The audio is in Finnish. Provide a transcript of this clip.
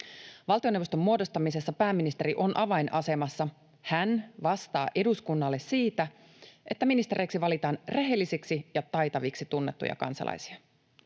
Valtioneuvoston muodostamisessa pääministeri on avainasemassa. Hän vastaa eduskunnalle siitä, että ministereiksi valitaan rehellisiksi ja taitaviksi tunnettuja kansalaisia.